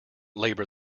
labour